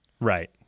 Right